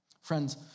Friends